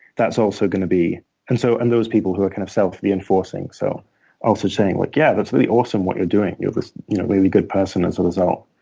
that's also going to be and so and those people who are kind of self reinforcing. so also saying, yeah, that's the the awesome, what you're doing. you're this really good person as a result.